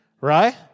right